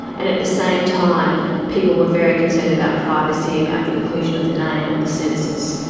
and at the same time people were very concerned about privacy, about the inclusion of the name on the census.